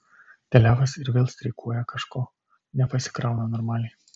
telefas ir vėl streikuoja kažko nepasikrauna normaliai